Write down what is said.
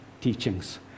teachings